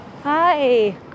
Hi